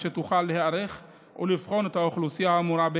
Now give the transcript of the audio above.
שתוכל להיערך ולבחון את האוכלוסייה האמורה,